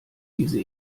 diese